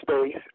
space